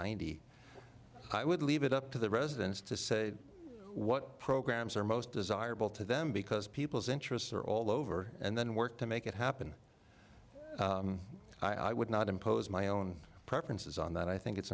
ninety i would leave it up to the residents to say what programs are most desirable to them because people's interests are all over and then work to make it happen i would not impose my own preferences on that i think it's